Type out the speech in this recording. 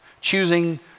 choosing